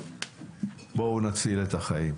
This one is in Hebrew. בואו קודם נציל חיים.